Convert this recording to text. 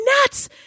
nuts